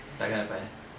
tak akan dapat eh